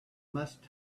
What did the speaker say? must